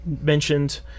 mentioned